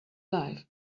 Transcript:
life